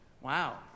Wow